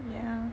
yeah